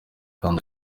kandi